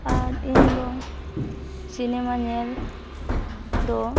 ᱟᱨ ᱤᱧᱫᱚ ᱥᱤᱱᱮᱢᱟ ᱧᱮᱞ ᱫᱚ